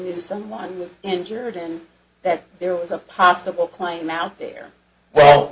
knew someone was injured and that there was a possible claim out there well